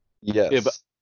Yes